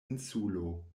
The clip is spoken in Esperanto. insulo